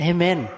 Amen